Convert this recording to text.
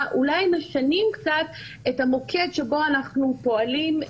אולי משנים קצת את המוקד שבו אנחנו פועלים.